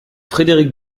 frédéric